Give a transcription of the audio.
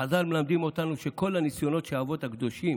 חז"ל מלמדים אותנו שכל הניסיונות שהאבות הקדושים